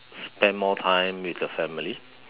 spend more time with the family